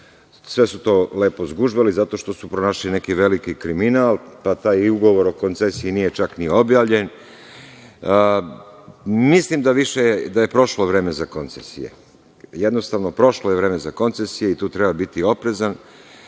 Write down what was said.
sve su to zgužvali, zato što su pronašli neki veliki kriminal, pa taj ugovor o koncesiji nije čak ni objavljen. Mislim da je prošlo vreme za koncesije. Jednostavno, prošlo je vreme za koncesije i tu treba biti oprezan